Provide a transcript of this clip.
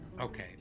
Okay